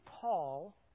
Paul